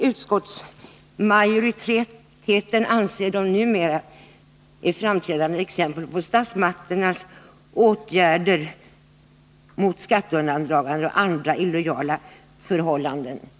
Utskottsmajoriteten anser dem numera vara framträdande exempel på statsmakternas åtgärder mot skatteundandragande och andra illojala förhållanden.